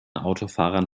autofahrern